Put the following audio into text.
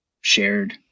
shared